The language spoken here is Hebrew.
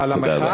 תודה רבה.